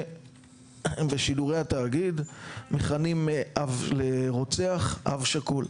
שבשידורי התאגיד מכנים אב לרוצח "אב שכול".